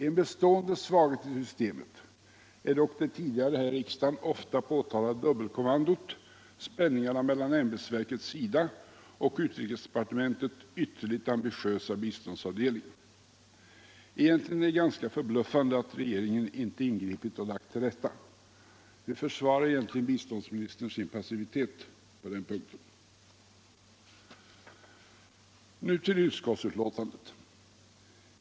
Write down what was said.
En bestående svaghet i systemet är dock det tidigare i riksdagen ofta påtalade dubbelkommandot, spänningarna mellan ämbetsverket SIDA och utrikesdepartementets ytterligt ambitiösa biståndsavdelning. Egentligen är det ganska förbluffande att regeringen här inte ingripit och lagt till rätta. Hur försvarar egentligen biståndsministern sin passivitet på den punkten? Nu till utskottsbetänkandet.